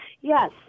Yes